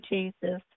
Jesus